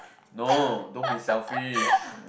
no don't be selfish